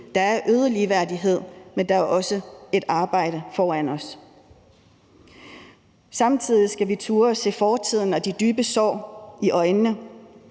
Der er øget ligeværdighed, men der er også et arbejde foran os. Samtidig skal vi turde at se fortiden og de dybe sår i øjnene.